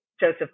Joseph